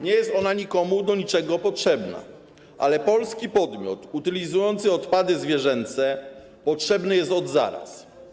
Nie jest ona nikomu do niczego potrzebna, ale polski podmiot utylizujący odpady zwierzęce potrzebny jest od zaraz.